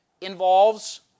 involves